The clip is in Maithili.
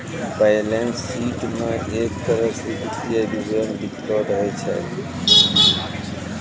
बैलेंस शीट म एक तरह स वित्तीय विवरण लिखलो रहै छै